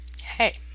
Hey